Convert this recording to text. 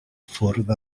ffwrdd